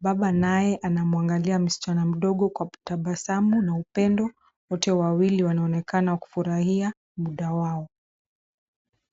Baba naye, anamwangalia msichana mdogo, kwa kutabasamu, na upendo, wote wawili wanaonekana kufurahia muda wao.